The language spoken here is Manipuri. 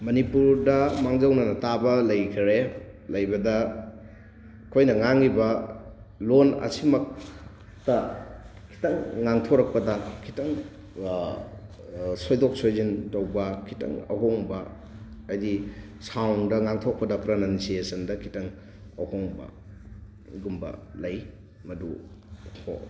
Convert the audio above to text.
ꯃꯅꯤꯄꯨꯔꯗ ꯃꯥꯡꯖꯧꯅꯅ ꯇꯥꯕ ꯂꯩꯈ꯭ꯔꯦ ꯂꯩꯕꯗ ꯑꯩꯈꯣꯏꯅ ꯉꯥꯡꯉꯤꯕ ꯂꯣꯟ ꯑꯁꯤꯃꯛꯇ ꯈꯤꯇꯪ ꯉꯥꯡꯊꯣꯔꯛꯄꯗ ꯈꯤꯇꯪ ꯁꯣꯏꯗꯣꯛ ꯁꯣꯏꯖꯤꯟ ꯇꯧꯕ ꯈꯤꯇꯪ ꯑꯍꯣꯡꯕ ꯍꯥꯏꯗꯤ ꯁꯥꯎꯟꯗ ꯉꯥꯡꯊꯣꯛꯄꯗ ꯄ꯭ꯔꯅꯟꯁꯤꯌꯦꯁꯟꯗ ꯈꯤꯇꯪ ꯑꯍꯣꯡꯕ ꯑꯗꯨꯒꯨꯝꯕ ꯂꯩ ꯃꯗꯨ ꯍꯣꯡ